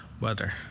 weather